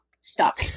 stop